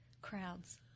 Crowds